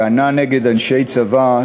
הטענה נגד אנשי צבא,